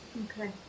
Okay